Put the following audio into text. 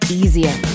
easier